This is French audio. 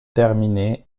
terminer